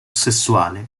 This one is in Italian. sessuale